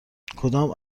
کدام